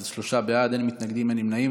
אז שלושה בעד, אין מתנגדים, אין נמנעים.